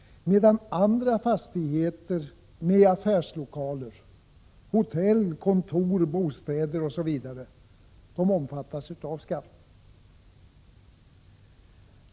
Men andra fastigheter med affärslokaler, hotell, kontor, bostäder osv., omfattas av skatten!